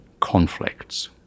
conflicts